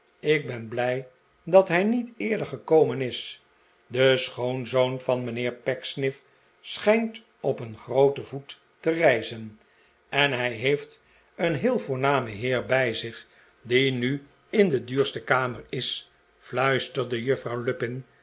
ik ben blij dat hij niet eerder gekomen is de schoonzoon van mijnheer pecksniff schijnt op een grooten voet te reizen en hij heeft een heel voornamen heer bij zich die nu in de duurste kamer is fluisterde juffrouw lupin